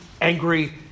angry